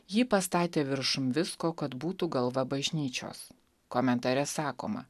jį pastatė viršum visko kad būtų galva bažnyčios komentare sakoma